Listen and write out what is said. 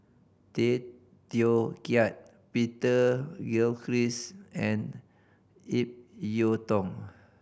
Tay Teow Kiat Peter Christ and Ip Yiu Tung